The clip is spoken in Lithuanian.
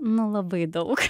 nu labai daug